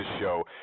show